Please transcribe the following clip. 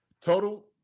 total